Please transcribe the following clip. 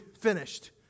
finished